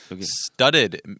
Studded